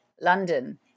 London